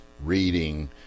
reading